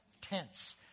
tense